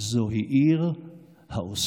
"זו היא עיר העושה